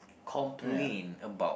complain about